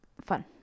Fun